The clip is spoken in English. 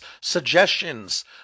suggestions